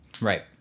Right